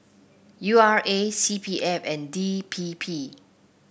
U R A C P F and D P P